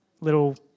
little